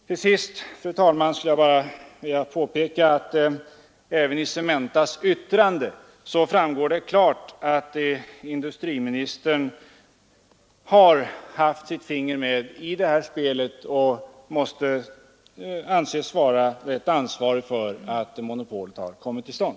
Till sist, fru talman, skulle jag bara vilja påpeka att även av Cementas yttrande framgår det klart att industriministern har haft sitt finger med i det här spelet och måste anses vara rätt ansvarig för att monopolet har kommit till stånd.